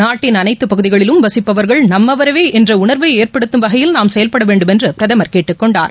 நாட்டின் அனைத்து பகுதிகளிலும் வசிப்பவர்கள் நம்மவரே என்ற உணர்வை ஏற்படுத்தம் வகையில் நாம் செயல்பட வேண்டும் என்று பிரதமர் கேட்டுக்கொண்டார்